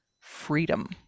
freedom